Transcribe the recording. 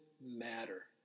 matter